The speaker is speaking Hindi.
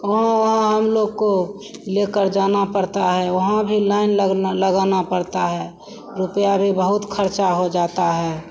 वहाँ वहाँ हमलोग को लेकर जाना पड़ता है वहाँ भी लाइन लगनी लगानी पड़ती है रुपया भी बहुत खर्चा हो जाता है